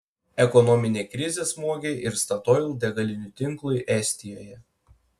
ekonominė krizė smogė ir statoil degalinių tinklui estijoje